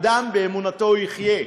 אדם באמונתו יחיה.